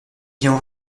vient